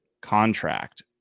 contract